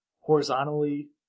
horizontally